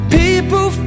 people